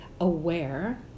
aware